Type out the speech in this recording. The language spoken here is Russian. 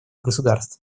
государств